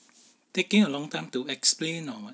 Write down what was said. taking a long time to explain or what